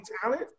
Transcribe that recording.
talent